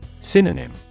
Synonym